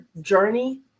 journey